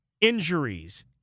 injuries